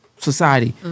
Society